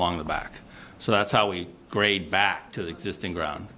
along the back so that's how we grade back to the existing ground